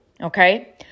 Okay